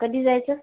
कधी जायचं